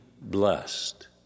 blessed